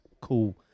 cool